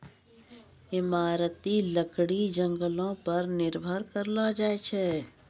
इमारती लकड़ी जंगलो पर निर्भर करलो जाय छै